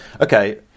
Okay